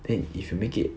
then if you make it